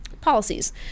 Policies